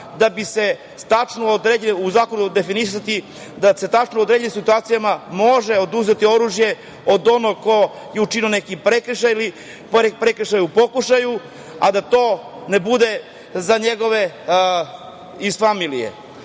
da se u tačno određenim situacijama može oduzeti oružje od onoga ko je učinio neki prekršaj ili pored prekršaja u pokušaju, a da to ne bude za njegove iz familije.